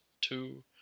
two